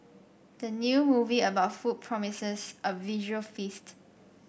the new movie about food promises a visual feast